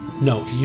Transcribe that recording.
No